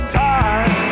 time